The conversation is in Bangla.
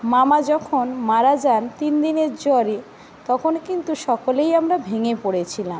মামা যখন মারা যান তিন দিনের জ্বরে তখন কিন্তু সকলেই আমরা ভেঙে পড়েছিলাম